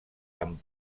amb